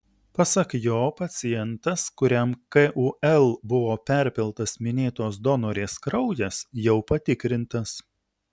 pasak jo pacientas kuriam kul buvo perpiltas minėtos donorės kraujas jau patikrintas